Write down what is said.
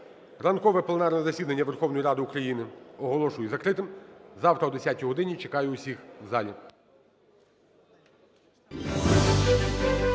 Ранкове пленарне засідання Верховної Ради України оголошую закритим. Завтра о 10 годині чекаю усіх в залі.